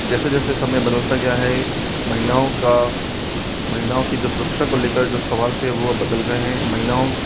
जैसे जैसे समय बदलता गया है महिलाओं का महिलाओं की जो सुरक्षा को लेकर जो सवाल थे वह अब बदल गए है महिलाओं